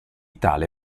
tale